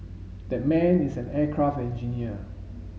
that man is an aircraft engineer